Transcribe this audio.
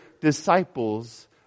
disciples